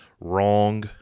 Wrong